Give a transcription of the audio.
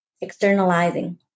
externalizing